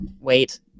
wait